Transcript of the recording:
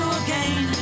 again